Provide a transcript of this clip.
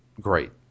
great